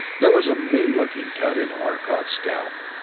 there was a mean-looking cut in arcot's scalp,